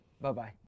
Bye-bye